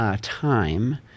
time